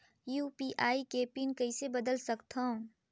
UPI के PIN कइसे बदल सकथव?